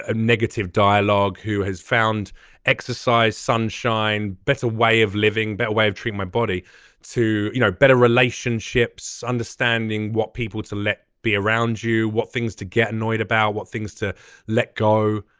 ah negative dialogue who has found exercise sunshine better way of living better but way of treat my body to you know better relationships understanding what people to let be around you what things to get annoyed about what things to let go.